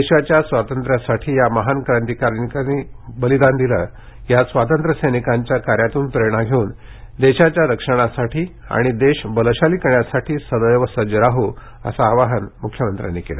देशाच्या स्वातंत्र्यासाठी या महान क्रांतिकारांनी बलिदान दिल या स्वातंत्र्य सैनिकांच्या कार्यातून प्रेरणा घेऊन देशाच्या रक्षणासाठी आणि देश बलशाली करण्यासाठी सदैव सज्ज राहू असं आवाहनही मुख्यमंत्र्यांनी केलं